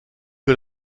que